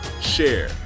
share